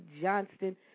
Johnston